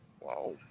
Wow